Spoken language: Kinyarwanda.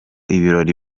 ibirori